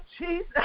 Jesus